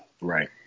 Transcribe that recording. Right